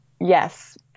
yes